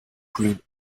green